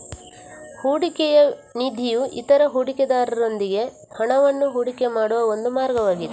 ಹೂಡಿಕೆಯ ನಿಧಿಯು ಇತರ ಹೂಡಿಕೆದಾರರೊಂದಿಗೆ ಹಣವನ್ನು ಹೂಡಿಕೆ ಮಾಡುವ ಒಂದು ಮಾರ್ಗವಾಗಿದೆ